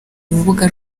rubuga